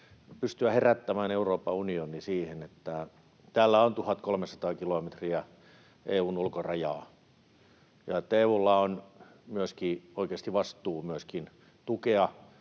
pystyä herättämään Euroopan unioni siihen, että täällä on 1 300 kilometriä EU:n ulkorajaa ja että EU:lla on myöskin oikeasti vastuu tukea